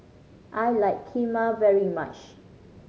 I like Kheema very much